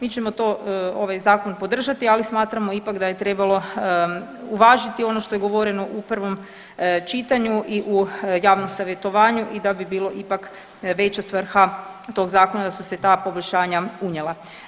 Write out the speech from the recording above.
Mi ćemo to ovaj zakon podržati, ali smatramo ipak da je trebalo uvažiti ono što je govoreno u prvom čitanju i u javnom savjetovanju i da bi bilo ipak veća svrha tog zakona da su se ta poboljšanja unijela.